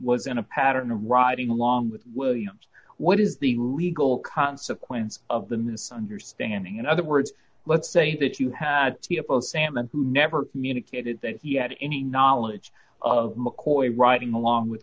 was in a pattern of riding along with williams what is the legal consequence of the misunderstanding in other words let's say that you had to be opposed salman who never communicated that he had any knowledge of mccoy riding along with